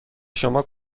شما